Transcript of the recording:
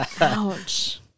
Ouch